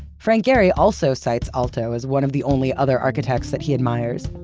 frank gehry also cites aalto as one of the only other architects that he admires.